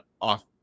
off